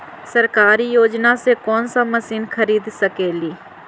सरकारी योजना से कोन सा मशीन खरीद सकेली?